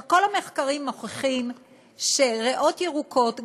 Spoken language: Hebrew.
כל המחקרים מוכיחים שריאות ירוקות,